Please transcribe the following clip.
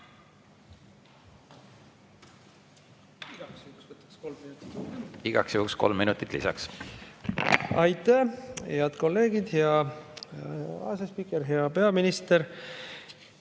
Igaks juhuks kolm minutit lisaks. Aitäh! Head kolleegid! Hea asespiiker! Hea peaminister!